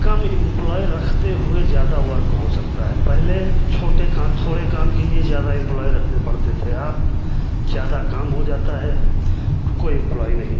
कम employee रखते हुए ज़्यादा वर्क हो सकता है पहले छोटे का थोड़े काम के लिए ज़्यादा इम्प्लॉइ रखने पड़ते थे अप ज़्यादा काम हो जाता है कोई इम्प्लॉइ नहीं